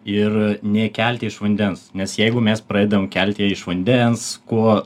ir nekelti iš vandens nes jeigu mes pradedam kelti ją iš vandens kuo